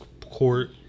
court